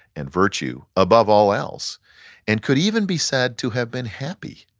and virtue above all else and could even be said to have been happy.